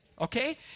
okay